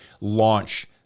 launch